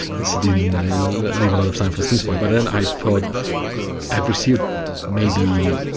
this didn't leave a lot of time for steam spy, but and i thought i've received maybe,